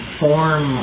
form